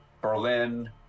Berlin